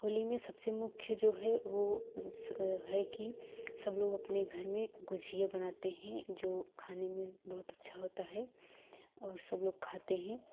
होली में सबसे मुख्य जो है वो जिस है कि सब लोग अपने घर में गुझिया बनाते हैं जो खाने में बहुत अच्छा होता है और सब लोग खाते हैं